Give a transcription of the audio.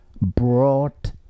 brought